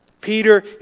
Peter